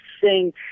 sing